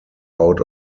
out